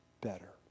better